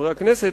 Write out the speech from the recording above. חברי הכנסת,